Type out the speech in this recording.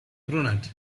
brunette